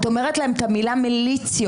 את אומרת להם את המילה "מיליציות",